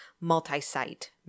multi-site